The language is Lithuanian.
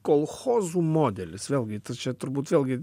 kolchozų modelis vėlgi tu čia turbūt vėlgi